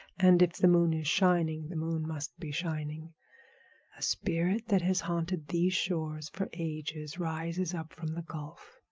and if the moon is shining the moon must be shining a spirit that has haunted these shores for ages rises up from the gulf.